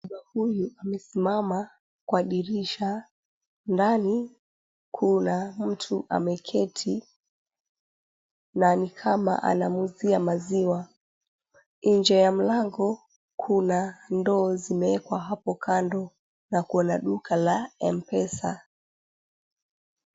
Baba huyu amesimama kwa dirisha. Ndani kuna mtu ameketi na ni kama anamwuuzia maziwa. Nje ya mlango kuna ndoo zimeekwa hapo kando na kuna duka la M-pesa.